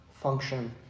function